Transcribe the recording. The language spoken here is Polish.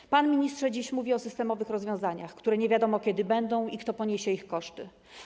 Pan, panie ministrze, dziś mówi o systemowych rozwiązaniach, co do których nie wiadomo kiedy będą i kto poniesie ich koszty.